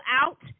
out